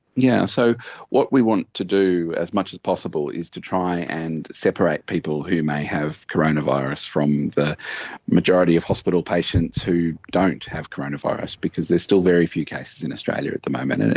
yeah so what we want to do as much as possible is to try and separate people who may have coronavirus from the majority of hospital patients who don't have coronavirus because there is still very few cases in australia at the moment, and and